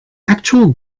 actual